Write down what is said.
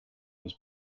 was